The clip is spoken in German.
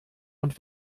und